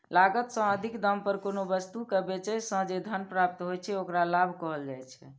लागत सं अधिक दाम पर कोनो वस्तु कें बेचय सं जे धन प्राप्त होइ छै, ओकरा लाभ कहल जाइ छै